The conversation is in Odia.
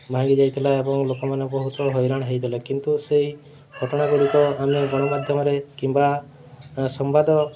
ଭାଙ୍ଗିଯାଇଥିଲା ଏବଂ ଲୋକମାନେ ବହୁତ ହଇରାଣ ହୋଇଥିଲେ କିନ୍ତୁ ସେହି ଘଟଣାଗୁଡ଼ିକ ଆମେ ଗଣମାଧ୍ୟମରେ କିମ୍ବା ସମ୍ବାଦ